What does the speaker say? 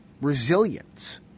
resilience